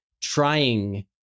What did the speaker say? Trying